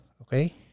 Okay